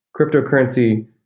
cryptocurrency